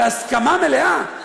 בהסכמה מלאה,